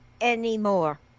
anymore